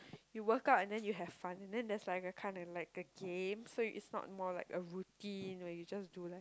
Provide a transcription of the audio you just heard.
you work out and then you have fun and then there's like a kinda like a game so it's not more like a routine where you just do like